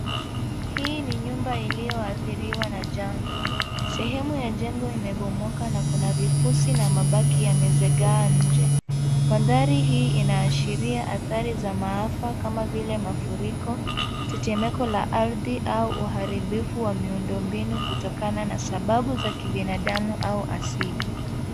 Hii ni nyumba iliyoathiriwa na janga. Sehemu ya jengo imebomoka na kuna vifusi na mabaki yamezagaa nje. Mandhari hii inaashiria adhari za maafa kama vile mafuriko, tetemeko la ardhi au uharibifu wa miundombinu kutokana na sababu za kibinadamu au asili.